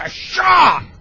ah shot